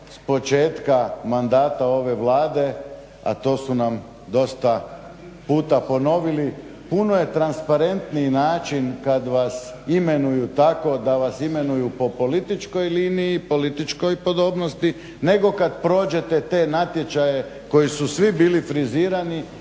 s početka mandata ove Vlade a to su nam dosta puta ponovili puno je transparentniji način kad vas imenuju tako da vas imenuju po političkoj liniji, političkoj podobnosti nego kad prođete te natječaje koji su svi bili frizirani